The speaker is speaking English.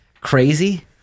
crazy